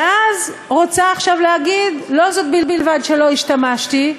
ואז רוצה עכשיו להגיד: לא זו בלבד שלא השתמשתי,